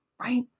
Right